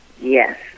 Yes